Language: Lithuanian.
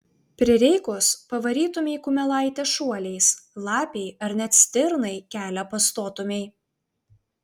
prireikus pavarytumei kumelaitę šuoliais lapei ar net stirnai kelią pastotumei